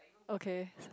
okay